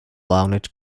leonid